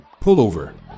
Pullover